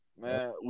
Man